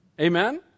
Amen